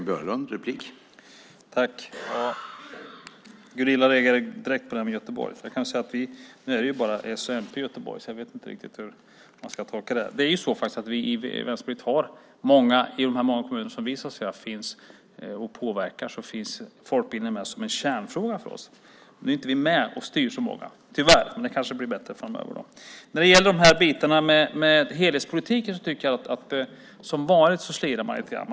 Herr talman! Gunilla reagerade direkt på det där med Göteborg. Nu är det bara s och mp som styr i Göteborg, så jag vet inte riktigt hur man ska tolka det här. I de många kommuner där Vänsterpartiet finns med och påverkar finns folkbildningen med som en kärnfråga för oss. Nu är vi inte med och styr så många kommuner, tyvärr. Det kanske blir bättre framöver. När det gäller helhetspolitiken tycker jag att man som vanligt slirar lite grann.